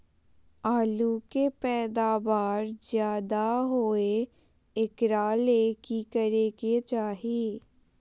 आलु के पैदावार ज्यादा होय एकरा ले की करे के चाही?